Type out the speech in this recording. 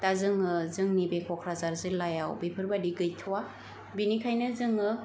दा जोङो जोंनि बे ककराझार जिल्लायाव बेफोरबायदि गैथ'वा बिनिखायनो जोङो